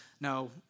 No